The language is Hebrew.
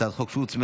הצעת החוק הוצמדה